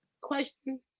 Question